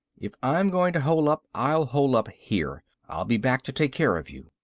if i'm going to hole up, i'll hole up here. i'll be back to take care of you.